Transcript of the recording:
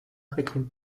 хотим